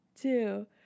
two